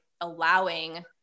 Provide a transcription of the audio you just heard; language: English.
allowing